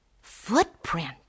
footprint